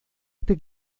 este